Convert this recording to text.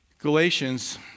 Galatians